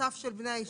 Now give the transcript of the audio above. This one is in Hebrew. הנוסף של בני הישיבות?